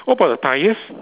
what about the tyres